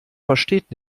versteht